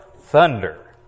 Thunder